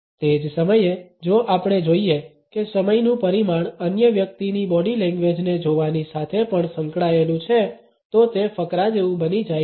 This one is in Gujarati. તે જ સમયે જો આપણે જોઇએ કે સમયનું પરિમાણ અન્ય વ્યક્તિની બોડી લેંગ્વેજને જોવાની સાથે પણ સંકળાયેલું છે તો તે ફકરા જેવું બની જાય છે